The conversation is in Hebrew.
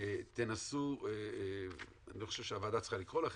אני לא חושב שהוועדה צריכה לקרוא לכם,